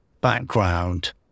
background